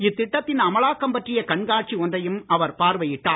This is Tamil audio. இத்திட்டத்தின் அமலாக்கம் பற்றிய கண்காட்சி ஒன்றையும் அவர் பார்வையிட்டார்